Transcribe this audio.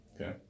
Okay